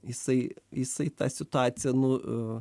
jisai jisai tą situaciją nu